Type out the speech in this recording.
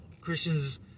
Christians